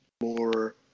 more